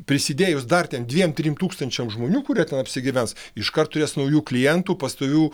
prisidėjus dar ten dviem trim tūkstančiams žmonių kurie ten apsigyvens iškart turės naujų klientų pastovių